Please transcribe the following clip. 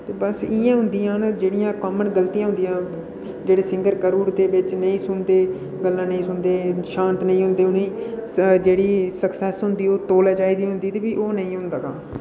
बस इ'यै होंदिया न जेह्ड़ियां कामन गलतियां होदियां जेह्ड़ियां सिंगर करुर दे बिच्च नेई सुनदे गल्ला नेईं सुनदे शांत नेईं होंदे उ'नेंगी जेह्ड़ी सक्सेस